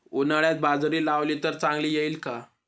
उन्हाळ्यात बाजरी लावली तर चांगली येईल का?